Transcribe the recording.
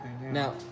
Now